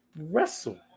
wrestle